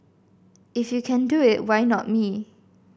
if you can do it why not me